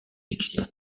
fiction